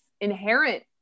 inherent